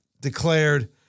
declared